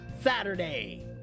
Saturday